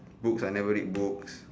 books I never read books